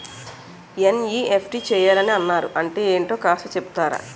NEFT చేయాలని అన్నారు అంటే ఏంటో కాస్త చెపుతారా?